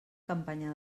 campanya